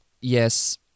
Yes